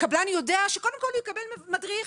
הקבלן יודע שהוא יקבל מדריך,